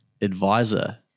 advisor